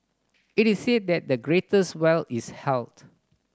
it is said that the greatest wealth is health